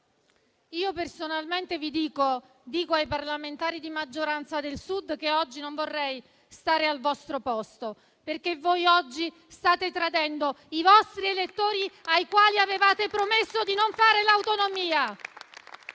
Personalmente, dico ai parlamentari di maggioranza del Sud che oggi non vorrei stare al loro posto, perché stanno tradendo i loro elettori, ai quali avevano promesso di non realizzare l'autonomia.